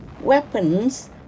weapons